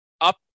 up